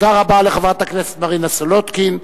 תודה רבה לחברת הכנסת מרינה סולודקין,